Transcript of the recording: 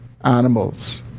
animals